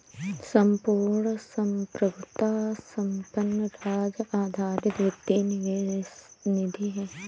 संपूर्ण संप्रभुता संपन्न राज्य आधारित वित्तीय निवेश निधि है